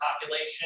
population